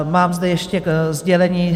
Mám zde ještě sdělení.